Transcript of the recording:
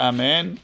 Amen